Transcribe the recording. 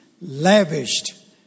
Lavished